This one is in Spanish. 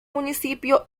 municipio